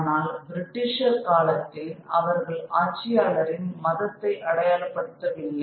ஆனால் பிரிட்டிஷார் காலத்தில் அவர்கள் ஆட்சியாளரின் மதத்தை அடையாளப் படுத்த வில்லை